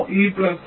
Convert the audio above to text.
ഈ പ്ലസ് 1